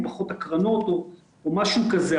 או פחות הקרנות או משהו כזה,